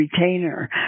retainer